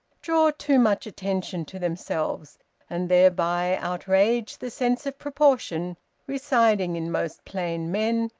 draw too much attention to themselves and thereby outrage the sense of proportion residing in most plain men,